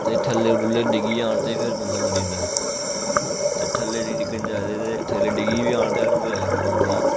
ते थल्लै थुल्लै डिग्गी जाङन ते फिर बंदा मरी जंदा ते थल्लै निं डिग्गन जाए ते थल्लै डिग्गी बी जान ते हेलमेट बचाई लैंदा बंदे गी